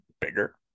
bigger